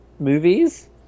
Movies